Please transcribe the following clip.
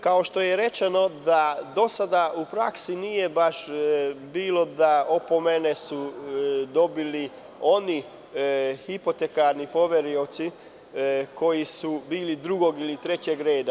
Kao što je rečeno, do sada u praksi nije postojalo da su opomene dobili oni hipotekarni poverioci koji su bili drugog ili trećeg reda.